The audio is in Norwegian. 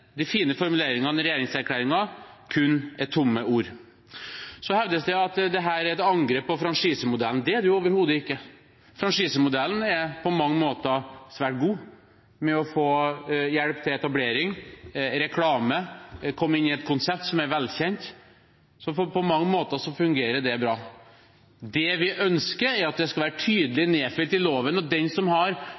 de fine formuleringene i regjeringserklæringen kun er tomme ord. Så hevdes det at dette er et angrep på franchisemodellen. Det er det overhodet ikke. Franchisemodellen er på mange måter svært god, med tanke på å få hjelp til etablering, reklame, komme inn i et konsept som er velkjent. Så på mange måter fungerer det bra. Det vi ønsker, er at det skal være tydelig nedfelt i loven at den som har